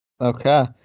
Okay